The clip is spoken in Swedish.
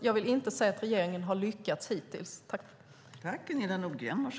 Jag vill därför inte säga att regeringen har lyckats hittills.